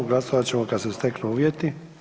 Glasovat ćemo kada se steknu uvjeti.